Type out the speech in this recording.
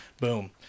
boom